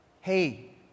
hey